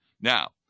Now